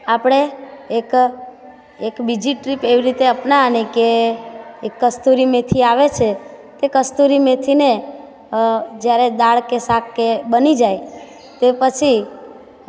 આપણે એક એક બીજી ટ્રીક એવી રીતે અપનાવવાની કે એક કસ્તુરી મેથી આવે છે તે કસ્તુરી મેથીને જ્યારે દાળ કે શાક કે બની જાય તે પછી